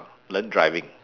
learn driving